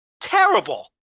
Terrible